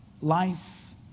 life